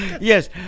Yes